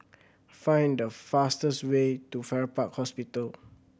find the fastest way to Farrer Park Hospital